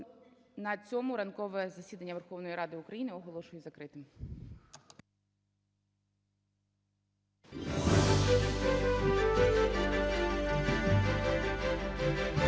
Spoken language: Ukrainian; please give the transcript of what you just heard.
На цьому ранкове засідання Верховної Ради України оголошую закритим.